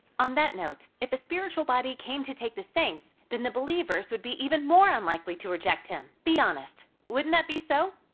on that note, if a spiritual body came to take the saints, then the believers would be even more unlikely to reject him. be honest, wouldn't that be so?